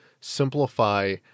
simplify